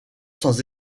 sans